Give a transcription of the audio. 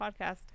podcast